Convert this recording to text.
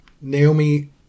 Naomi